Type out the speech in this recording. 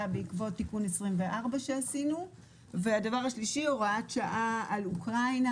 בעקבות תיקון 24 שעשינו; 3. הוראת שעה על אוקראינה,